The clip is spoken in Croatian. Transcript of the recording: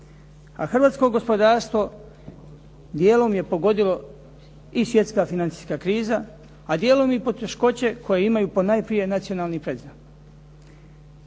hrvatsko gospodarstvo dijelom je pogodilo i svjetska financijska kriza, a dijelom i poteškoće koje imaju ponajprije nacionalni predznak.